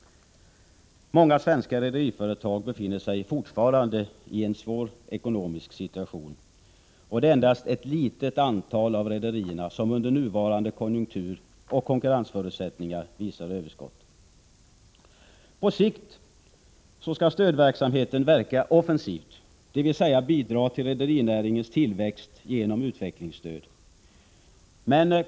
Många svenska rederiföretag befinner sig fortfarande i en svår ekonomisk situation. Det är endast ett litet antal av rederierna som under nuvarande konjunktur och konkurrensförutsättningar visar överskott. På sikt skall stödverksamheten verka offensivt, dvs. bidra till rederinäringens tillväxt genom utvecklingsstöd.